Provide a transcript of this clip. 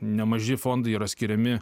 nemaži fondai yra skiriami